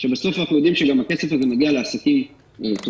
שבסוף אנחנו יודעים שגם הכסף הזה מגיע לעסקים טובים,